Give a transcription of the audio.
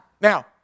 Now